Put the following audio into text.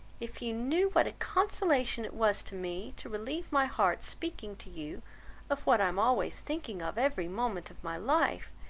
if you knew what a consolation it was to me to relieve my heart speaking to you of what i am always thinking of every moment of my life,